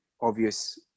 obvious